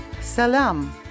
Salam